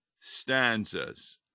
stanzas